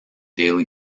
daily